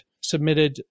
submitted